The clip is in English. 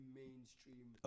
mainstream